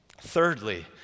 Thirdly